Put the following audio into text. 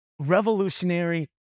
revolutionary